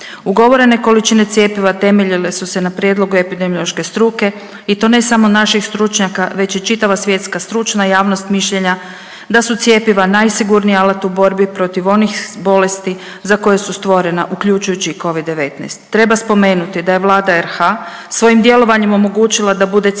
Ugovorene količine cjepiva temeljile su se na prijedlogu epidemiološke struke i to ne samo naših stručnjaka već i čitava svjetska stručna javnost mišljenja da su cjepiva najsigurniji alat u borbi protiv onih bolesti za koja su stvorena uključujući i covid-19. Treba spomenuti da je Vlada RH svojim djelovanjem omogućila da bude cijepljeno